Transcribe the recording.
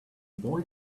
boy